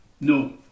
No